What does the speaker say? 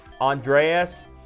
Andreas